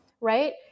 right